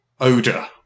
Odor